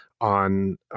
on